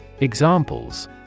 Examples